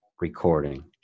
recording